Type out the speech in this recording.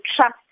trust